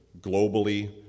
globally